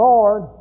Lord